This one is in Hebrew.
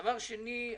דבר שני,